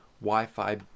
Wi-Fi